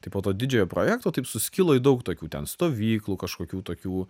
tai po to didžiojo projekto taip suskilo į daug tokių ten stovyklų kažkokių tokių